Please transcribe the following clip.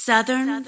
Southern